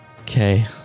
Okay